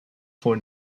for